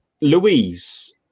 Louise